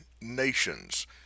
nations